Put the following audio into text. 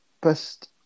best